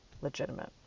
legitimate